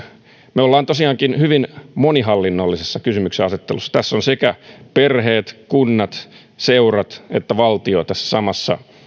me olemme tosiaankin hyvin monihallinnollisessa kysymyksenasettelussa tässä ovat sekä perheet kunnat seurat että valtio samassa